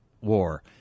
War –